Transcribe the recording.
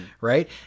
right